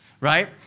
right